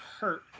hurt